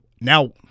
now